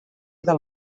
del